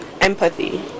empathy